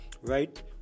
Right